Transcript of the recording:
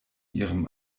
ihrem